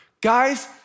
Guys